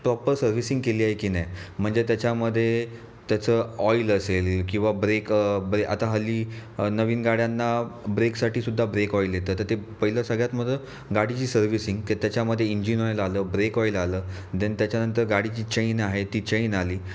proper servicing केली आहे की नाही म्हणजे त्याच्यामध्ये त्याचं ऑईल असेल किंवा ब्रेक आता हल्ली नवीन गाड्यांना ब्रेकसाठी सुद्धा ब्रेक ऑइल येतं तर ते पहिलं सगळ्यात महत्त्वाचं गाडीची सर्व्हिसिंग की त्याच्यामध्ये इंजिन ऑइल आलं ब्रेक ऑइल आलं देन त्याच्यानंतर गाडीची चैन आहे ती चैन आली